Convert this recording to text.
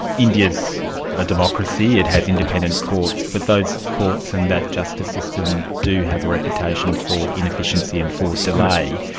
india is a democracy, it has independent courts, but those courts and that justice system do have a reputation for inefficiency and for delay.